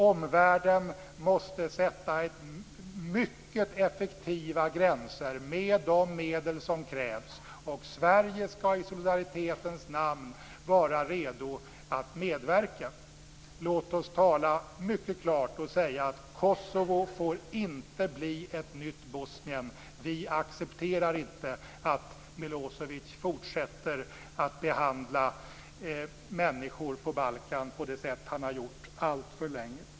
Omvärlden måste sätta mycket effektiva gränser med de medel som krävs, och Sverige skall i solidaritetens namn vara redo att medverka. Låt oss tala mycket klart och säga att Kosovo inte får bli ett nytt Bosnien. Vi accepterar inte att Milosevic fortsätter att behandla människor på Balkan på det sätt som han har gjort alltför länge.